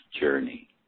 journey